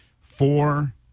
four